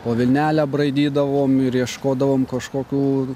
po vilnelę braidydavom ir ieškodavom kažkokių